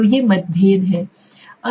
तो ये मतभेद हैं